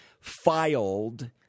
filed